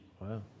Wow